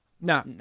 No